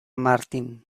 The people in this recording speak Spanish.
martin